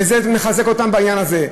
וזה מחזק אותם בעניין הזה.